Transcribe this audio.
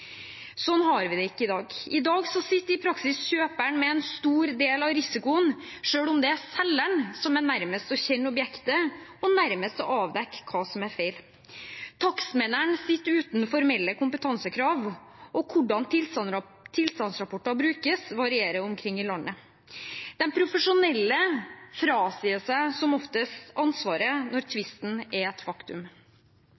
har vi det ikke i dag. I dag sitter i praksis kjøperen med en stor del av risikoen selv om det er selgeren som er nærmest til å kjenne objektet og nærmest til å avdekke hva som er feil. Takstmennene sitter uten formelle kompetansekrav, og hvordan tilstandsrapporter brukes, varierer omkring i landet. De profesjonelle frasier seg som oftest ansvaret når